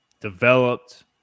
developed